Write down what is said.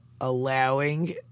allowing